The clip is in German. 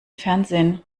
fernsehen